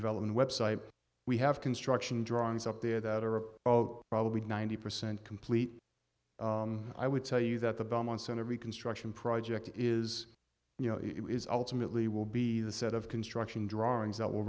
development website we have construction drawings up there that are of oh probably ninety percent complete i would tell you that the belmont center reconstruction project is you know it is ultimately will be the set of construction drawings that w